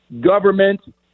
government